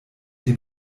dem